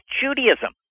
Judaism